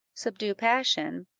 subdue passion,